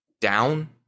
down